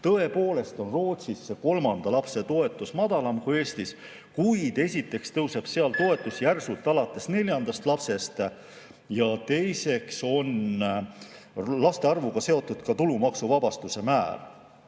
Tõepoolest on Rootsis see kolmanda lapse toetus madalam kui Eestis, kuid esiteks tõuseb seal toetus järsult alates neljandast lapsest ja teiseks on tulumaksuvabastuse määr